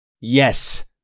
Yes